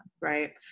right